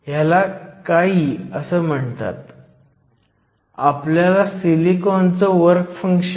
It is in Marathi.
21 इलेक्ट्रॉन व्होल्ट आहे